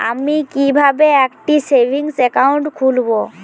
আমি কিভাবে একটি সেভিংস অ্যাকাউন্ট খুলব?